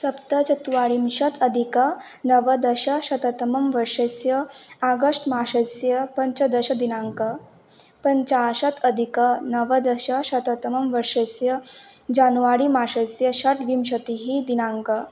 सप्तचत्वारिंशतधिकं नवदशशततमं वर्षस्य आगश्ट् मासस्य पञ्चदशदिनाङ्कः पञ्चाशतधिकं नवदशशततमं वर्षस्य जान्वारि मासस्य षड्विंशतिः दिनाङ्क